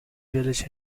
village